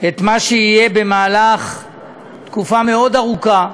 את מה שיהיה במהלך תקופה מאוד ארוכה.